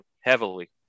heavily